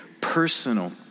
personal